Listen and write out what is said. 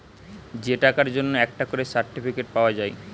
যে টাকার জন্যে একটা করে সার্টিফিকেট পাওয়া যায়